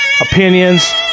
opinions